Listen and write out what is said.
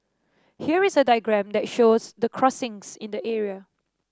here is a diagram that shows the crossings in the area